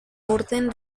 orden